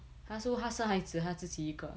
!huh! so 她生孩子她自己一个